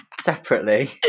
separately